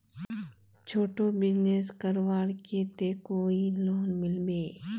छोटो बिजनेस करवार केते कोई लोन मिलबे?